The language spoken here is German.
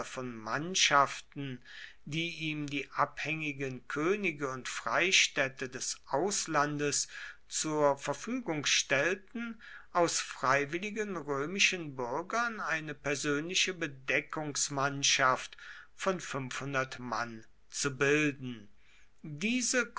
von mannschaften die ihm die abhängigen könige und freistädte des auslandes zur verfügung stellten aus freiwilligen römischen bürgern eine persönliche bedeckungsmannschaft von mann zu bilden diese